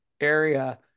area